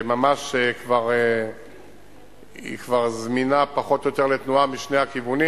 שהוא ממש כבר זמין פחות או יותר לתנועה משני הכיוונים,